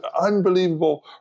unbelievable